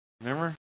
remember